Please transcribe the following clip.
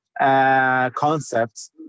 concepts